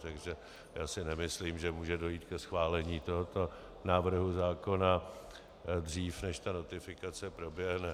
Takže já si nemyslím, že může dojít ke schválení tohoto návrhu zákona dříve, než notifikace proběhne.